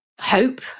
hope